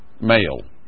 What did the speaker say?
male